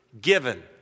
given